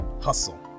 Hustle